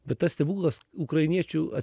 bet tas stebuklas ukrainiečių